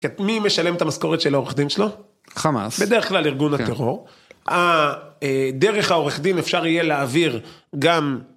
מי משלם את המשכורת של העורך דין שלו? חמאס. בדרך כלל ארגון טרור. דרך העורך דין אפשר יהיה להעביר גם.